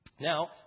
Now